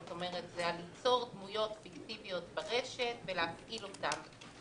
זאת אומרת: יצירת דמויות פיקטיביות ברשת ולהפעיל אותן.